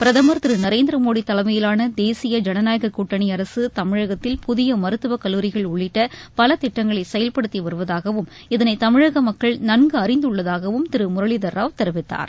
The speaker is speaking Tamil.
பிரதமர் திரு நரேந்திர மோடி தலைமையிலான தேசிய ஜனநாயகக் கூட்டணி அரசு தமிழகத்தில் புதிய மருத்துவக் கல்லூரிகள் உள்ளிட்ட பல திட்டங்களை செயல்படுத்தி வருவதாகவும் இதனை தமிழக மக்கள் நன்கு அறிந்துள்ளதாகவும் திரு முரளிதர் ராவ் தெரிவித்தார்